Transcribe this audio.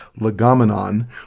Legomenon